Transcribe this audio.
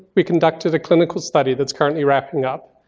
we conducted a clinical study that's currently wrapping up.